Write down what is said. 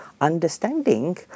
understanding